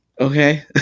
Okay